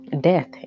death